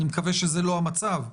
אני מקווה שזה לא המצב.